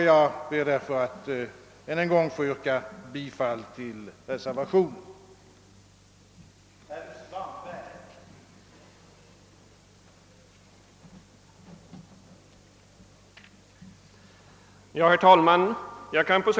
Jag ber därför att få yrka bifall till reservationen 1.